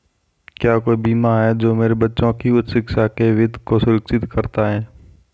क्या कोई बीमा है जो मेरे बच्चों की उच्च शिक्षा के वित्त को सुरक्षित करता है?